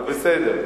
אבל בסדר.